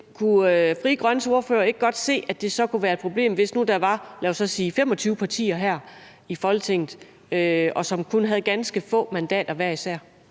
kan Frie Grønnes ordfører ikke godt se, at det så kunne være et problem, hvis nu der var, lad os sige 25 partier her i Folketinget, som kun havde ganske få mandater hver især?